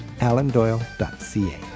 alandoyle.ca